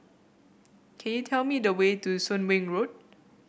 can you tell me the way to Soon Wing Road